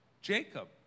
Jacob